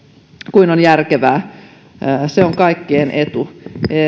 kuin on järkevää se on kaikkien etu